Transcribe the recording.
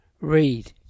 read